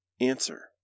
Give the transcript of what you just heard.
answer